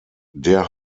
der